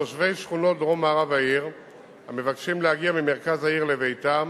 תושבי שכונות דרום-מערב העיר המבקשים להגיע ממרכז העיר לביתם